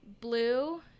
blue